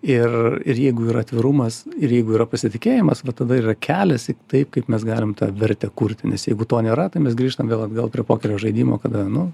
ir ir jeigu yra atvirumas ir jeigu yra pasitikėjimas va tada yra kelias į tai kaip mes galim tą vertę kurti nes jeigu to nėra tai mes grįžtam vėl atgal prie pokerio žaidimo kada nu